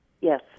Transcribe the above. Yes